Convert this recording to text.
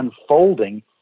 unfolding